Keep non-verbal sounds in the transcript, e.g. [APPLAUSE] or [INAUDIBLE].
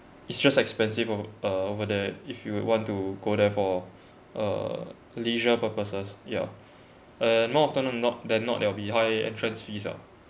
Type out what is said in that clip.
it's just expensive ov~ uh over there if you want to go there for uh leisure purposes ya [BREATH] and not often or not that not that will be higher entrance fees ah